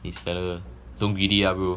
this fella don't greedy ah bro